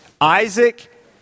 Isaac